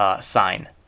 Sign